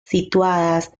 situadas